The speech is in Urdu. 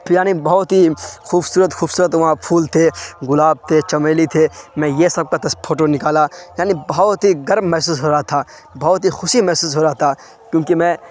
تو یعنی بہت ہی خوبصورت خوبصورت وہاں پھول تھے گلاب تھے چمیلی تھے میں یہ سب کا فوٹو نکالا یعنی بہت ہی گرو محسوس ہو رہا تھا بہت ہی خوشی محسوس ہو رہا تھا کیونکہ میں